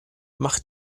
mach